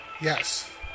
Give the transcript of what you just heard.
Yes